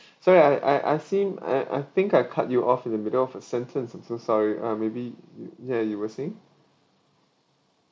sorry I I I seem I I think I cut you off in the middle of your sentence I'm so sorry uh maybe you ya you were saying